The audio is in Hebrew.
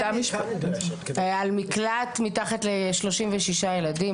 היה על מקלט מתחת לשלושים ושישה ילדים,